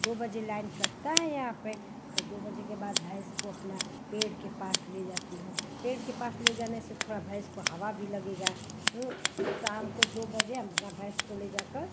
दो बजे लाइन कटती है यहाँ पर तो दो बजे के बाद भैंस को अपने पेड़ के पास ले जाती हूँ पेड़ के पास ले जाने से थोड़ी भैंस को हवा भी लगेगी शाम को दो बजे हम अपनी भैंस को ले जाकर